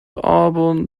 album